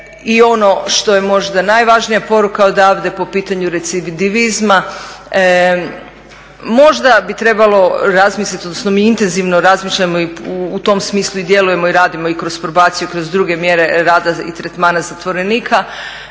I ono što je možda najvažnija poruka odavde po pitanju …, možda bi trebalo razmisliti, odnosno mi intenzivno razmišljamo i u tom smislu i djelujemo i radimo i kroz probaciju i kroz druge mjere rada i tretmana zatvorenika,